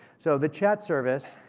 so the chat service,